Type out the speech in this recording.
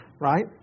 Right